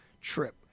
trip